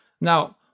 Now